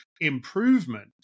improvement